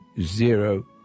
Zero